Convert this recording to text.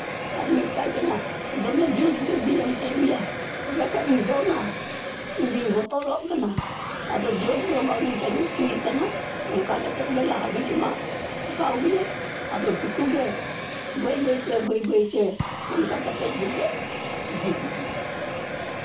ᱟᱨᱤᱧ ᱢᱮᱛᱟᱭ ᱠᱟᱱᱟ ᱫᱚᱢᱮ ᱡᱳᱨ ᱡᱩᱫᱤᱢ ᱪᱟᱹᱞᱩᱭᱟ ᱛᱚᱵᱮ ᱠᱷᱟᱡ ᱤᱧ ᱫᱚᱱᱟ ᱤᱧᱫᱩᱧ ᱵᱚᱛᱚᱨᱚᱜ ᱠᱟᱱᱟ ᱟᱫᱚ ᱡᱳᱨ ᱫᱚ ᱵᱟᱝ ᱤᱧ ᱪᱟᱹᱞᱩ ᱦᱚᱪᱚᱭᱮ ᱠᱟᱱᱟ ᱚᱱᱞᱟ ᱠᱟᱛᱮ ᱜᱮ ᱞᱟᱦᱟ ᱜᱟᱹᱰᱤ ᱢᱟ ᱯᱷᱟᱠᱟᱣ ᱦᱩᱭᱮᱱ ᱟᱫᱚ ᱴᱳᱴᱳᱜᱮ ᱵᱟᱹᱭ ᱵᱟᱹᱭᱛᱮ ᱵᱟᱹᱭ ᱵᱟᱹᱭᱛᱮ ᱚᱱᱠᱟ ᱠᱟᱛᱮ ᱜᱮ ᱤᱫᱤ ᱠᱤᱫᱤᱧᱟ